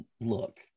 look